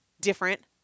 different